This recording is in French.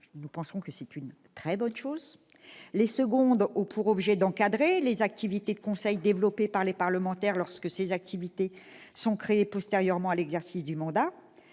nous semble très positive. D'autres ont pour objet d'encadrer les activités de conseil développées par les parlementaires, lorsque ces activités sont créées postérieurement à l'exercice du mandat.